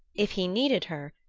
if he needed her,